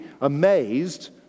amazed